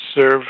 serve